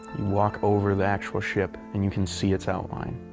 walk over the actual ship, and you can see its outline.